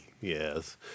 Yes